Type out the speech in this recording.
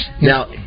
Now